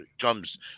comes